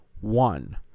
one